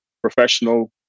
professional